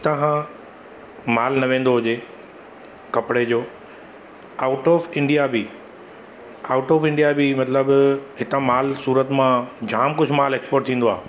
हिता खां माल न वेंदो हुजे कपिड़े जो आउट ऑफ इंडिया बि आउट ऑफ इंडिया बि मतिलबु हिता माल सूरत मां जाम कुझु माल एक्स्पोट थींदो आहे